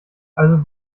also